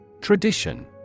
Tradition